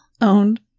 owned